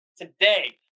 today